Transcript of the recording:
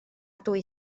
dwy